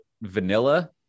vanilla